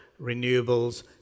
renewables